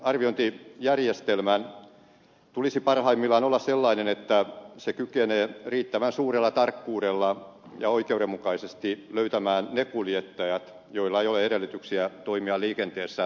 tällaisen arviointijärjestelmän tulisi parhaimmillaan olla sellainen että se kykenee riittävän suurella tarkkuudella ja oikeudenmukaisesti löytämään ne kuljettajat joilla ei ole edellytyksiä toimia liikenteessä turvallisesti